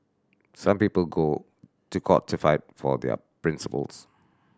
some people go to court to fight for their principles